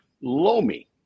Lomi